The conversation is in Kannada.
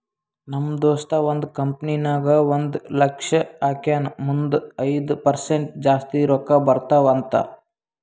ನಮ್ ದೋಸ್ತ ಒಂದ್ ಕಂಪನಿ ನಾಗ್ ಒಂದ್ ಲಕ್ಷ ಹಾಕ್ಯಾನ್ ಮುಂದ್ ಐಯ್ದ ಪರ್ಸೆಂಟ್ ಜಾಸ್ತಿ ರೊಕ್ಕಾ ಬರ್ತಾವ ಅಂತ್